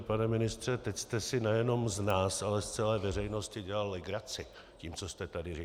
Pane ministře, teď jste si nejenom z nás, ale z celé veřejnosti dělal legraci tím, co jste tady říkal.